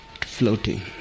floating